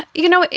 you know,